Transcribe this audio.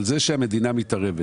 אבל זה שהמדינה מתערבת,